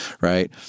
Right